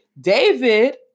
David